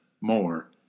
more